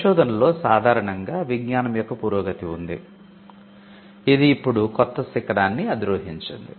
పరిశోధనలో సాధారణంగా విజ్ఞానం యొక్క పురోగతి ఉంది ఇది ఇప్పుడు కొత్త శిఖరాన్ని అధిరోహించింది